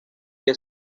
que